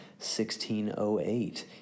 1608